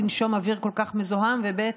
לנשום אוויר כל כך מזוהם, וב.